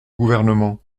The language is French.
gouvernement